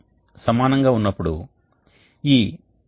కాబట్టి gas stream ఇప్పుడు ఈ మొదటి బెడ్ గుండా వెళ్ళేలా చేయబడింది